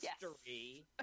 history